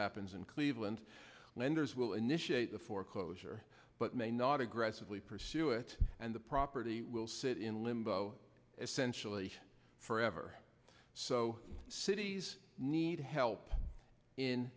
happens in cleveland lenders will initiate the foreclosure but may not aggressively pursue it and the property will sit in limbo essentially forever so cities need help in